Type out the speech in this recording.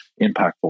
impactful